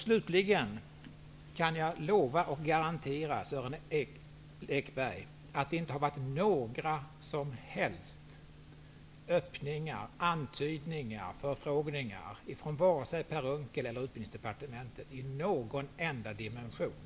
Slutligen, jag kan garantera Sören Lekberg att det inte har förekommit några som helst öppningar, antydningar eller förfrågningar vare sig från Per Unckel eller från Utbildningsdepartementet i någon enda dimension.